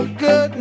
good